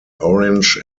orange